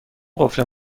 قفل